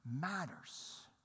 matters